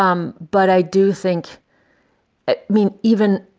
um but i do think i mean, even,